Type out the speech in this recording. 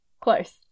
Close